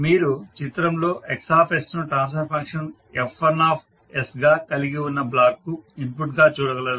మీరు చిత్రంలో X ను ట్రాన్స్ఫర్ ఫంక్షన్ F1 గా కలిగి ఉన్న బ్లాక్ కు ఇన్పుట్ గా చూడగలరు